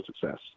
success